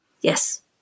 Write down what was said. Yes